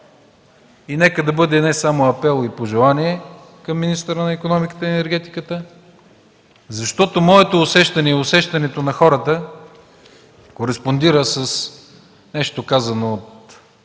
Нека да бъде не само апел, а и пожелание към министъра на икономиката и енергетиката, защото моето усещане и усещането на хората кореспондира с нещо казано от